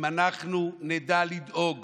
אם אנחנו נדע לדאוג